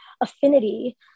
affinity